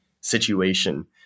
situation